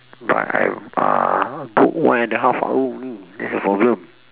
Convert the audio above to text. but I uh book one and a half hour only that's the problem